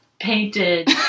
painted